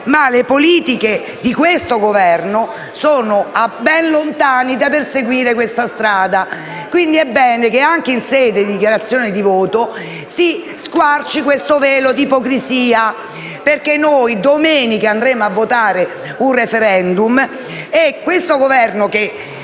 ma le politiche di questo Governo sono ben lontane dal perseguire questa strada. Quindi, è bene che anche in sede di dichiarazione di voto si squarci questo velo di ipocrisia, perché domenica prossima andremo a votare per un *referendum* e questo Governo, che